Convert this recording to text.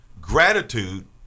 Gratitude